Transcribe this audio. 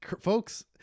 folks